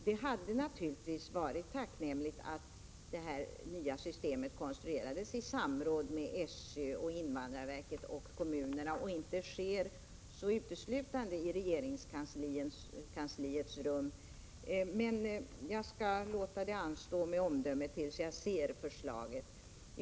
Det vore naturligtvis tacknämligt om det nya systemet konstruerades i samråd med SÖ, invandrarverket och kommunerna, i stället för uteslutande i regeringskansliets rum. Jag skall dock vänta med omdömet tills jag ser förslaget.